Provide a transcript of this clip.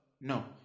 No